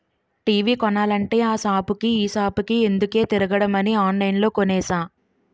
TV కొనాలంటే ఆ సాపుకి ఈ సాపుకి ఎందుకే తిరగడమని ఆన్లైన్లో కొనేసా